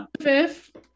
fifth